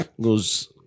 goes